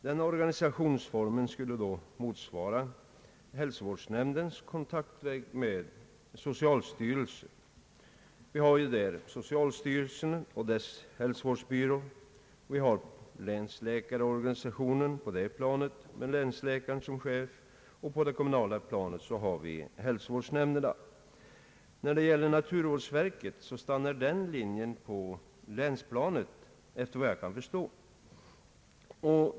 Den organisationsformen skulle således motsvara hälsovårdsnämndens kontaktväg till socialstyrelsen över styrelsens hälsovårdsbyrå. Vi har på länsplanet länsläkarorganisationen med länsläkaren som chef, och på det kommunala planet har vi hälsovårdsnämnderna. När det gäller naturvårdsverket stannar den linjen på länsplanet efter vad jag kan förstå.